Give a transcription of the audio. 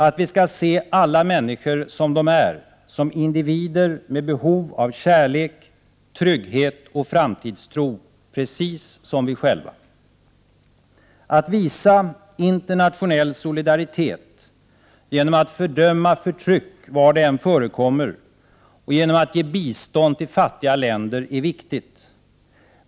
Att vi skall se alla människor som de är, som individer med behov av kärlek, trygghet och framtidstro, precis som vi själva. Att visa internationell solidaritet genom att fördöma förtryck var det än förekommer och genom att ge bistånd till fattiga länder är viktigt.